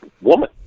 woman